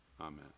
amen